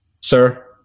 sir